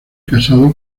casado